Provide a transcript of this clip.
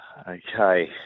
Okay